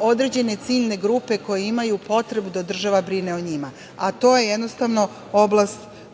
određene ciljne grupe koje imaju potrebu da država brine o njima, a to je jednostavno oblast